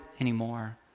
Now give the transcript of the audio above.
anymore